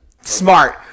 Smart